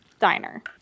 diner